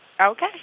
Okay